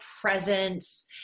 presence